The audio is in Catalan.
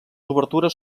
obertures